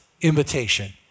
invitation